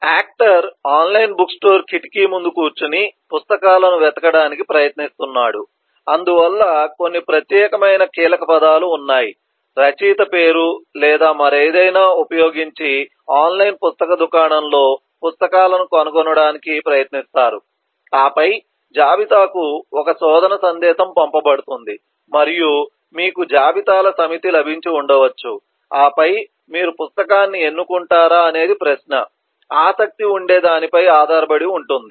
actor online book store కిటికీ ముందు కూర్చుని పుస్తకాలను వెతకడానికి ప్రయత్నిస్తున్నాడు అందువల్ల కొన్ని ప్రత్యేకమైన కీలకపదాలు ఉన్నాయి రచయిత పేరు లేదా మరేదయినా వుపయోగించి ఆన్లైన్ పుస్తక దుకాణం లో పుస్తకాలను కనుగొనడానికి ప్రయత్నిస్తారు ఆపై జాబితాకు ఒక శోధన సందేశం పంపబడుతుంది మరియు మీకు జాబితాల సమితి లభించి ఉండవచ్చు ఆపై మీరు పుస్తకాన్ని ఎన్నుకుంటారా అనేది ప్రశ్న ఆసక్తి ఉండే దానిపై ఆధారపడి ఉంటుంది